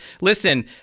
listen